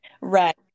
right